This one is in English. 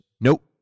Nope